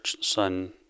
son